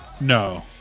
no